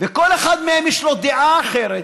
וכל אחד מהם יש לו דעה אחרת,